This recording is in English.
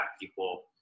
people